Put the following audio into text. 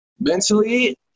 Mentally